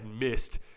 missed